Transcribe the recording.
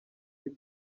ari